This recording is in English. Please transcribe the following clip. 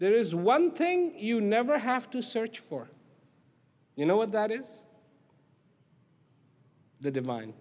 there is one thing you never have to search for you know what that is the divine